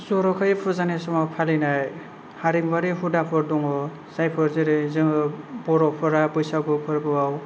जर'खायै फुजानि समाव फालिनाय हारिमुवारि हुदाफोर दङ जायफोर जेरै जोङो बर'फोरा बैसागु फोरबोआव